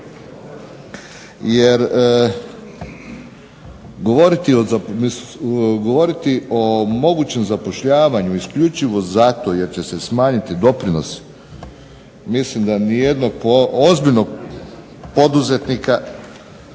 Jer govoriti o mogućem zapošljavanju isključivo zato jer će smanjiti doprinos mislim da za nijednog ozbiljnog poduzetnika